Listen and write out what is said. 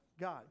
God